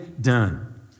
done